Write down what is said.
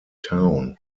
town